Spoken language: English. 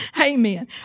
Amen